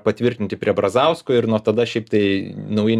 patvirtinti prie brazausko ir nuo tada šiaip tai nauji